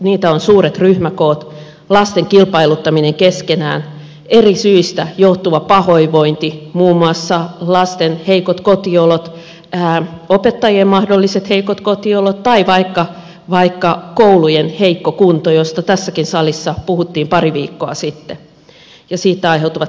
niitä ovat suuret ryhmäkoot lasten kilpailuttaminen keskenään eri syistä johtuva pahoinvointi muun muassa lasten heikot kotiolot opettajien mahdolliset heikot kotiolot tai vaikka koulujen heikko kunto josta tässäkin salissa puhuttiin pari viikkoa sitten ja siitä aiheutuvat sisäilmaongelmat